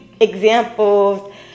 examples